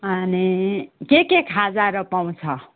अनि के के खाजाहरू पाउँछ